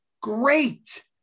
great